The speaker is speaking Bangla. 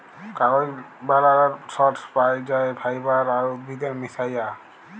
কাগজ বালালর সর্স পাই যাই ফাইবার আর উদ্ভিদের মিশায়া